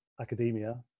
academia